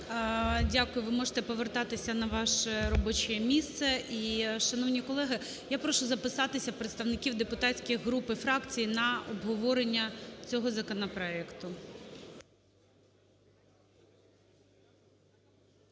Дякую. Ви можете повертатися на ваше робоче місце. І, шановні колеги, я прошу записатись представників депутатських груп і фракцій на обговорення цього законопроекту.